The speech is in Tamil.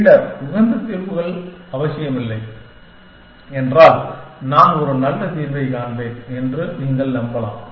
பின்னர் உகந்த தீர்வுகள் அவசியமில்லை என்றால் நான் ஒரு நல்ல தீர்வைக் காண்பேன் என்று நீங்கள் நம்பலாம்